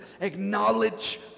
acknowledge